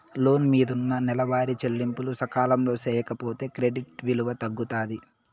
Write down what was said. లోను మిందున్న నెలవారీ చెల్లింపులు సకాలంలో సేయకపోతే క్రెడిట్ విలువ తగ్గుతాది